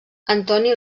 antoni